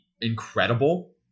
incredible